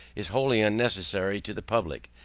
is wholly unnecessary to the public,